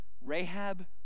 Rahab